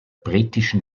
britischen